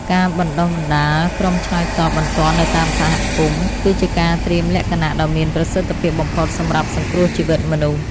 ការបណ្តុះបណ្តាលក្រុមឆ្លើយតបបន្ទាន់នៅតាមសហគមន៍ គឺជាការត្រៀមលក្ខណៈដ៏មានប្រសិទ្ធភាពបំផុតសម្រាប់សង្គ្រោះជីវិតមនុស្ស។